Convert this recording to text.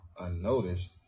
unnoticed